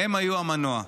הם היו המנוע.